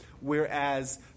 whereas